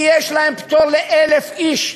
כי יש להם פטור ל-1,000 איש,